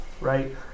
right